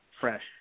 fresh